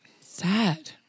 Sad